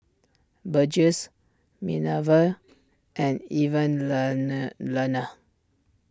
Burgess Minervia and